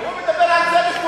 הוא מדבר על צדק,